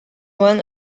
one